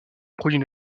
produits